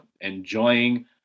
enjoying